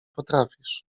potrafisz